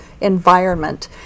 environment